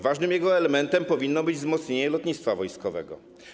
Ważnym jego elementem powinno być wzmocnienie lotnictwa wojskowego.